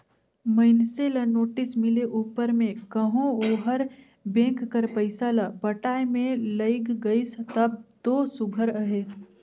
मइनसे ल नोटिस मिले उपर में कहो ओहर बेंक कर पइसा ल पटाए में लइग गइस तब दो सुग्घर अहे